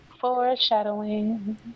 Foreshadowing